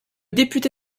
député